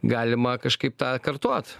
galima kažkaip tą kartot